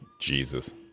Jesus